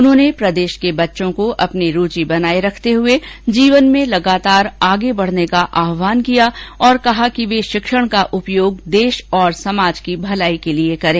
उन्होंने प्रदेश के बच्चों को अपनी रुचि बनाये रखते हुए जीवन में निरंतर आगे बढ़ने का आहवान किया और कहा कि वे शिक्षण का उपयोग देश और समाज की भलाई के लिए करे